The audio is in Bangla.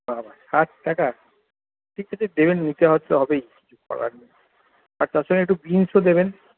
বাবা ষাট টাকা ঠিক আছে দেবেন নিতে হয়তো হবেই কিছু করার নেই আর তার সঙ্গে একটু বিনসও দেবেন